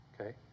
Okay